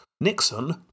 Nixon